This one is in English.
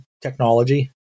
technology